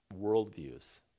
worldviews